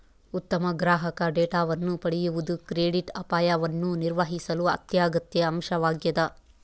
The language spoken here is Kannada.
ಉತ್ತಮ ಗ್ರಾಹಕ ಡೇಟಾವನ್ನು ಪಡೆಯುವುದು ಕ್ರೆಡಿಟ್ ಅಪಾಯವನ್ನು ನಿರ್ವಹಿಸಲು ಅತ್ಯಗತ್ಯ ಅಂಶವಾಗ್ಯದ